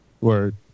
Word